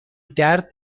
درد